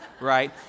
right